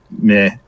meh